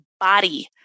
body